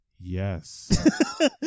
yes